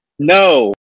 No